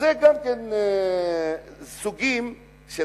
אז זה גם סוגים של